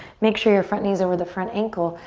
make sure your front knee is over the front ankle.